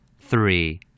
Three